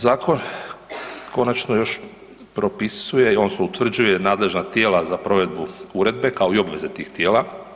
Zakon konačno još propisuje odnosno utvrđuje nadležna tijela za provedbu uredbe, kao i obveze tih tijela.